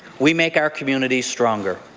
we make our community stronger.